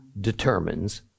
determines